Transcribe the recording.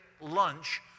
lunch